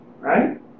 right